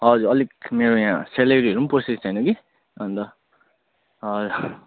हजुर अलिक मेरो यहाँ सेलेरीहरू पनि पोसेको छैन कि अन्त हजुर